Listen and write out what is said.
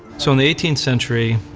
so, in the eighteenth century,